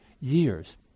years